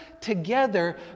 together